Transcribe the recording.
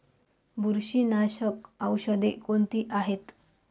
बुरशीनाशक औषधे कोणती आहेत?